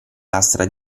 lastra